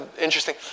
interesting